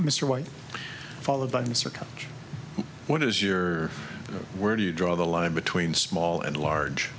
mr white followed by mr koch what is your where do you draw the line between small and large